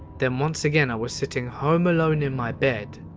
then, once again, i was sitting home alone in my bed.